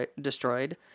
destroyed